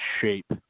shape